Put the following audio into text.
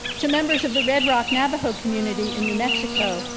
to members of the red rock navajo community in new mexico,